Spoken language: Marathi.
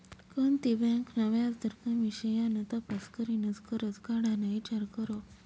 कोणती बँक ना व्याजदर कमी शे याना तपास करीनच करजं काढाना ईचार करो